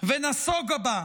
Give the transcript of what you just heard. וחזרה בה